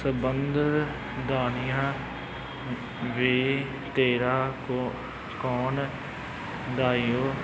ਸਬੰਧ ਦਾਨੀਆ ਵੀ ਤੇਰਾ ਕੌਣ ਗਾਇਓ